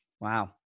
Wow